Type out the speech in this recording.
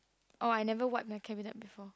orh I never wipe my cabinet before